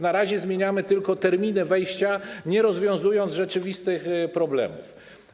Na razie zmieniamy tylko terminy wejścia, nie rozwiązując rzeczywistych problemów.